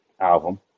album